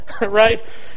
right